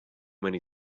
many